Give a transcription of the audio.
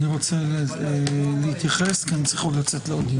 אני רוצה להתייחס כי אני צריך לצאת לעוד דיון.